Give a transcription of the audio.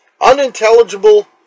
unintelligible